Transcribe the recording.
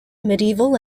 medieval